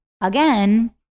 Again